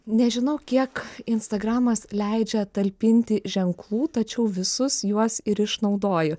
nežinau kiek instagramas leidžia talpinti ženklų tačiau visus juos ir išnaudoju